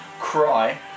cry